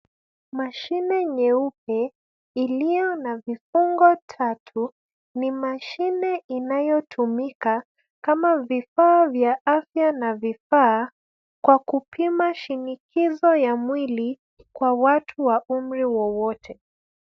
Mashine nyeupe, iliyo na vifungo tatu, ni mashine inayotumika kama vifaa vya afya na vifaa, kwa kupima shinikizo ya mwili kwa watu wa umri wowote.